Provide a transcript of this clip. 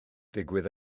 digwydd